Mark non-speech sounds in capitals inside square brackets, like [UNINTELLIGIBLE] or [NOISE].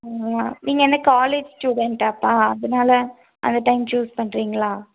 [UNINTELLIGIBLE] நீங்கள் என்ன காலேஜ் ஸ்டுடென்டாப்பா அதனாலே அந்த டைம் சூஸ் பண்ணுறீங்களா